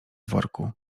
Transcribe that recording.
worku